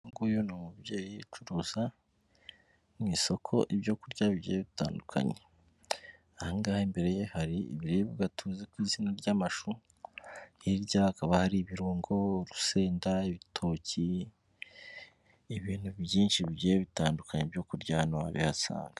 Uyu nguyu ni umubyeyi ucuruza mu isoko ibyo kurya bigiye bitandukanye. Ahangahe imbere ye hari ibiribwa tuzi ku izina ry'amashu, hirya hakaba hari ibirungo, urusenda, ibitoki ibintu byinshi bigiye bitandukanye byo kurya hano wabihasanga.